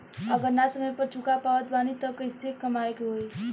अगर ना समय पर चुका पावत बानी तब के केसमे का होई?